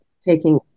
taking